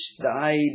died